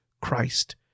Christ